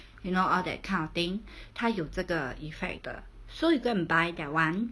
you know all that kind of thing 他有这个 effect 的 so you go and buy that [one]